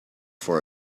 for